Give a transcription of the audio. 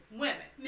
women